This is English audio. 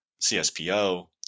CSPO